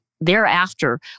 thereafter